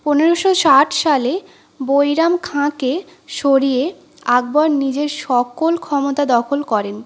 পনেরোশো ষাট সালে বৈরাম খাঁকে সরিয়ে আকবার নিজে সকল ক্ষমতা দখল করেন